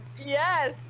Yes